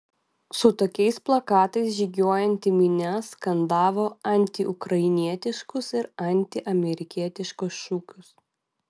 su tokiais plakatais žygiuojanti minia skandavo antiukrainietiškus ir antiamerikietiškus šūkius